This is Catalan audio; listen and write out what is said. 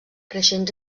creixent